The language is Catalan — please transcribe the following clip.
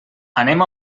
anem